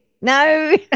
No